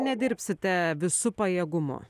nedirbsite visu pajėgumu